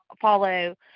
follow